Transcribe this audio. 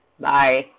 Bye